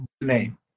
name